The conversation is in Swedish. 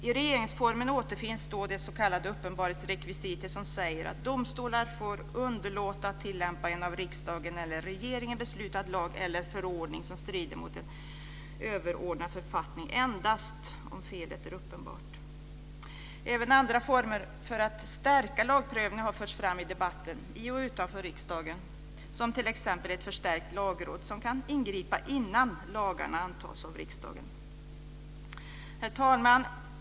I regeringsformen återfinns det s.k. uppenbarhetsrekvisitet, som säger att domstolar får underlåta att tillämpa en av riksdagen eller regeringen beslutad lag eller förordning som strider mot en överordnad författning endast om felet är uppenbart. Även andra former för att stärka lagprövningen har förts fram i debatten, i och utanför riksdagen, som t.ex. ett förstärkt lagråd som kan ingripa innan lagarna antas av riksdagen. Herr talman!